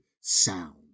sound